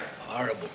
Horrible